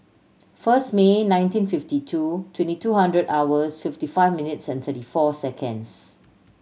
first May nineteen fifty two twenty two hundred hours fifty five minutes and thirty four seconds